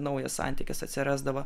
naujas santykis atsirasdavo